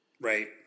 Right